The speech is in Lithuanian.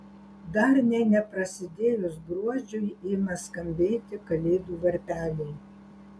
dar nė neprasidėjus gruodžiui ima skambėti kalėdų varpeliai